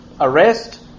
arrest